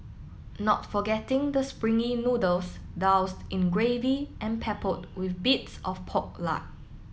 not forgetting the springy noodles doused in gravy and peppered with bits of pork lard